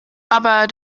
aber